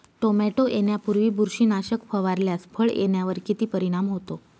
Tomato येण्यापूर्वी बुरशीनाशक फवारल्यास फळ येण्यावर किती परिणाम होतो?